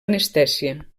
anestèsia